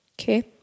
Okay